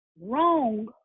wrong